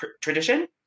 tradition